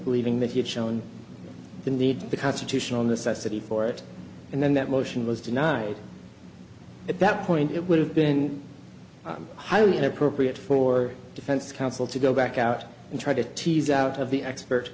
believing that he had shown the need the constitutional necessity for it and then that motion was denied at that point it would have been highly inappropriate for defense counsel to go back out and try to tease out of the expert